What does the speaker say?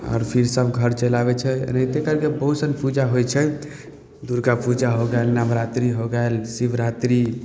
आओर फेर सभ घर चलि आबै छै एनाहिते करिके बहुत सारा पूजा होइ छै दुरगा पूजा हो गेल नवरात्रि हो गेल शिवरात्रि